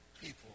people